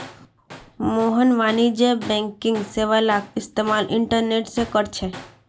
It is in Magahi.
मोहन वाणिज्यिक बैंकिंग सेवालाक इस्तेमाल इंटरनेट से करछे